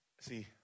See